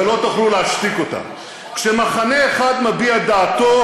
ולא תוכלו להשתיק אותה: כשמחנה אחד מביע דעתו,